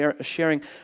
sharing